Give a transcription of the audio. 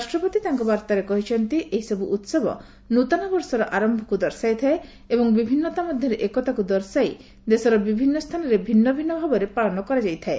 ରାଷ୍ଟ୍ରପତି ତାଙ୍କ ବାର୍ତ୍ତାରେ କହିଛନ୍ତି ଏହିସବୁ ଉସବ ନୃତନ ବର୍ଷର ଆରମ୍ଭକୁ ଦର୍ଶାଇଥାଏ ଏବଂ ବିଭିନ୍ନତା ମଧ୍ୟରେ ଏକତାକୁ ଦର୍ଶାଇ ଦେଶର ବିଭିନ୍ନ ସ୍ଥାନରେ ଭିନ୍ନ ଭିନ୍ନ ରୂପରେ ପାଳନ କରାଯାଇଥାଏ